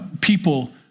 people